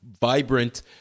vibrant